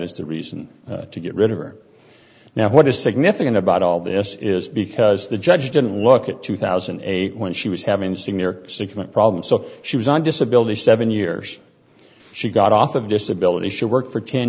as the reason to get rid of her now what is significant about all this is because the judge didn't look at two thousand and eight when she was having severe six month problem so she was on disability seven years she got off of disability she worked for ten